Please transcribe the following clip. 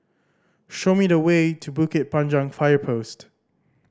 show me the way to Bukit Panjang Fire Post